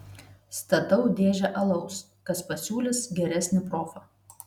statau dėžę alaus kas pasiūlys geresnį profą